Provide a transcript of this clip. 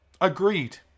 Agreed